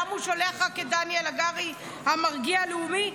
למה הוא שולח רק את דניאל הגרי, המרגיע הלאומי?